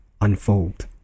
unfold